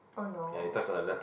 oh no